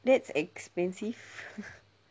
that's expensive